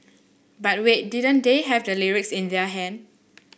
but wait didn't they have the lyrics in their hand